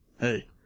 hey